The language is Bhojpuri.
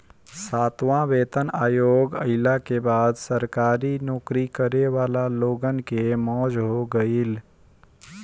सातवां वेतन आयोग आईला के बाद सरकारी नोकरी करे वाला लोगन के मौज हो गईल